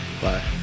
Bye